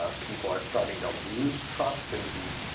ah people are starting to lose trust in the,